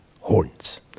horns